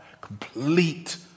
complete